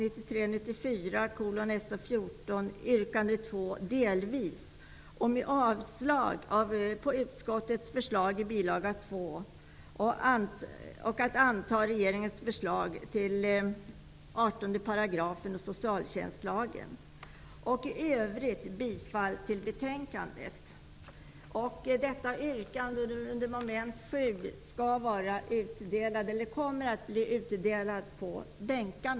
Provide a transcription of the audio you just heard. I övrigt yrkar jag bifall till utskottets hemställan.